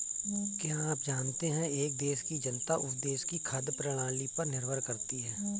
क्या आप जानते है एक देश की जनता उस देश की खाद्य प्रणाली पर निर्भर करती है?